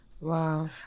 Wow